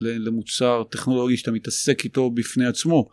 למוצר טכנולוגי שאתה מתעסק איתו בפני עצמו.